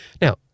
Now